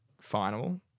final